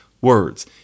words